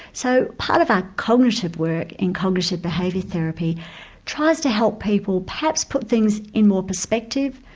so part of our cognitive work in cognitive behaviour therapy tries to help people perhaps put things in more perspective,